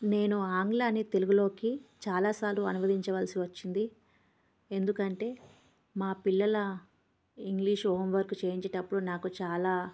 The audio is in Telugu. నేను ఆంగ్లాన్ని తెలుగులోకి చాలాసార్లు అనువదించవలసి వచ్చింది ఎందుకంటే మా పిల్లల ఇంగ్లీష్ హోమ్ వర్క్ చేయించేటప్పుడు నాకు చాలా